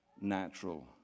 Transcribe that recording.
natural